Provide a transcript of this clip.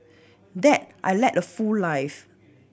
dad a led full life